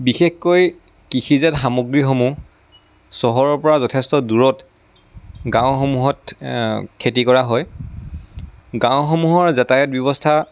বিশেষকৈ কৃষিজাত সামগ্ৰীসমূহ চহৰৰ পৰা যথেষ্ট দূৰত গাওঁসমূহত খেতি কৰা হয় গাওঁসমূহৰ যাতায়ত ব্যৱস্থা